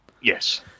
Yes